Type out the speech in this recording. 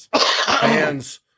Fans